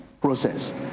process